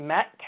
Matt